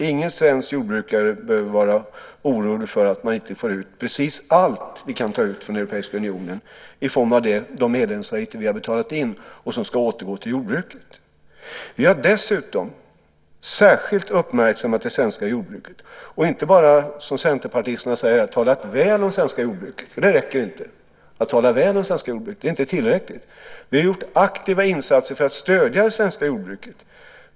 Ingen svensk jordbrukare behöver vara orolig för att man inte får ut precis allt vi kan ta ut från Europeiska unionen i form av de medlemsavgifter vi har betalat in och som ska återgå till jordbruket. Vi har dessutom särskilt uppmärksammat det svenska jordbruket. Vi har inte bara, som centerpartisterna säger här, talat väl om det svenska jordbruket. Det räcker inte att tala väl om det svenska jordbruket. Det är inte tillräckligt. Vi har gjort aktiva insatser för att stödja det svenska jordbruket.